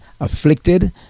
afflicted